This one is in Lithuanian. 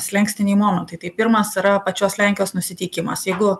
slenkstiniai momentai tai pirmas yra pačios lenkijos nusiteikimas jeigu